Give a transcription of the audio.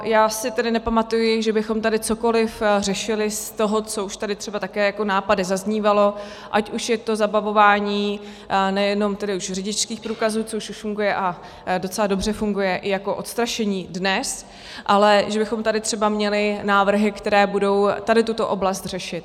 Já si tedy nepamatuji, že bychom tady cokoliv řešili z toho, co už tady třeba také jako nápady zaznívalo, ať už je to zabavování nejenom tedy už řidičských průkazů, což už funguje a docela dobře funguje i jako odstrašení dnes, ale že bychom tady třeba měli návrhy, které budou tady tuto oblast řešit.